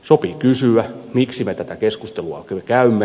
sopii kysyä miksi me tätä keskustelua käymme